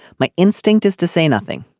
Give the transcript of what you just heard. my instinct is to say nothing.